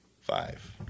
Five